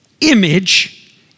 image